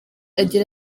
agira